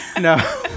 no